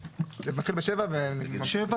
זה מתחיל בעמוד 7 וממשיך בעמוד 8. עמוד 7,